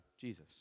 Jesus